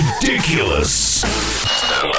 ridiculous